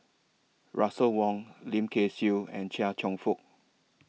Russel Wong Lim Kay Siu and Chia Cheong Fook